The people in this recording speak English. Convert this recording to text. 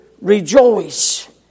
rejoice